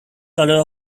colour